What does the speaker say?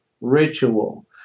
ritual